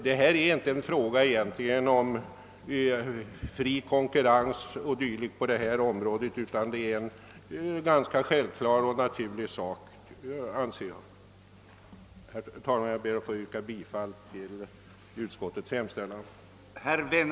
Den här frågan gäller egentligen inte fri konkurrens eller ej, utan det är mera frågan om hur man på mest praktiska och självklara sätt skall lösa den. Herr talman! Jag ber att få yrka bifall till utskottets hemställan.